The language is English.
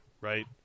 right